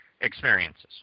experiences